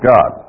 God